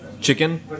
chicken